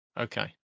Okay